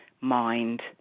mind